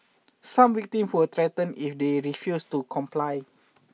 some victim were threatened if they refused to comply